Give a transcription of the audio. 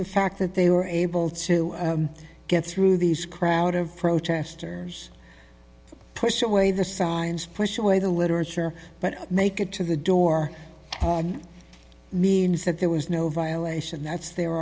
the fact that they were able to get through these crowd of protesters push away the signs for sure the literature but make it to the door means that there was no violation that's their